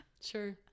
sure